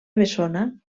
bessona